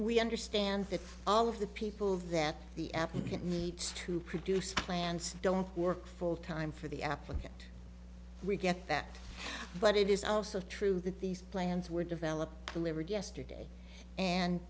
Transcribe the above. we understand that all of the people that the applicant needs to produce plants don't work full time for the applicant we get that but it is also true that these plans were developed delivered yesterday and